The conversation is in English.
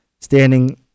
standing